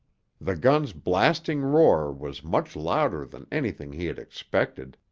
the gun's blasting roar was much louder than anything he had expected,